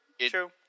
True